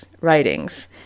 writings—